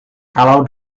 kalau